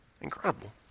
Incredible